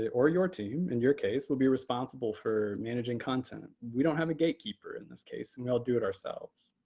or your team, in your case, will be responsible for managing content. we don't have a gatekeeper in this case, and we all do it ourselves.